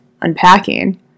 unpacking